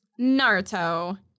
Naruto